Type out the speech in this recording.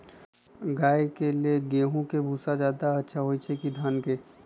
गाय के ले गेंहू के भूसा ज्यादा अच्छा होई की धान के?